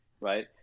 right